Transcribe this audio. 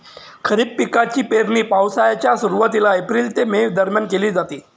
खरीप पिकांची पेरणी पावसाळ्याच्या सुरुवातीला एप्रिल ते मे दरम्यान केली जाते